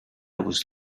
was